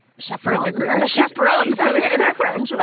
scheffer a like and chaperone yeah like and friends.